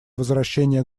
возвращение